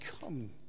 come